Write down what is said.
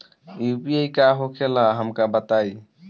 UPI का होखेला हमका बताई?